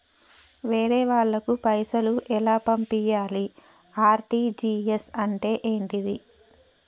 వేరే వాళ్ళకు పైసలు ఎలా పంపియ్యాలి? ఆర్.టి.జి.ఎస్ అంటే ఏంటిది?